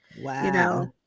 Wow